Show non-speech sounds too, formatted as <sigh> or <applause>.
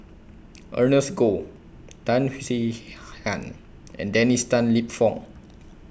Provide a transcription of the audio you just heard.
Ernest Goh Tan Swie <noise> Hian and Dennis Tan Lip Fong